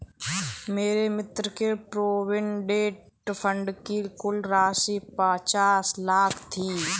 मेरे मित्र के प्रोविडेंट फण्ड की कुल राशि पचास लाख थी